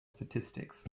statistics